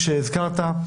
שהזכרת,